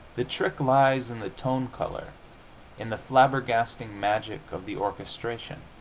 the trick lies in the tone-color in the flabbergasting magic of the orchestration.